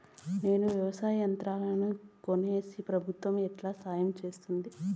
నేను వ్యవసాయం యంత్రాలను కొనేకి ప్రభుత్వ ఎట్లా సహాయం చేస్తుంది?